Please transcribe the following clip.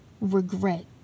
regret